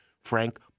Frank